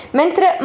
mentre